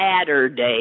Saturday